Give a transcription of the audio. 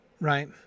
right